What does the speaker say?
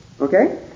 Okay